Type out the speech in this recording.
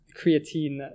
creatine